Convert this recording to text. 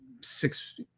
six